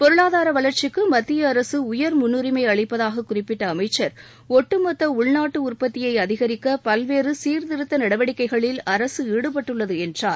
பொருளாதார வளர்ச்சிக்கு மத்திய அரசு உயர் முன்னுரிமை அளிப்பதாக குறிப்பிட்ட அமைச்சர் ஒட்டுமொத்த உள்நாட்டு உற்பத்தியை அதிகரிக்க பல்வேறு சீர்திருத்த நடவடிக்கைகளில் அரசு ஈடுபட்டுள்ளது என்றார்